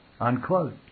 Unquote